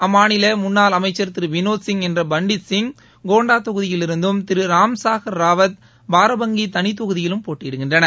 அம்மாநில முன்னாள் அமைச்சர் திரு வினோத் சிங் என்ற பண்டித் சிங் கோண்டா தொகுதியில் இருந்தும் திரு ராம்சாகர் ரவாத் பாரபங்கி தனித் தொகுதியிலும் போட்டியிடுகின்றனர்